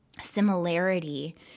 similarity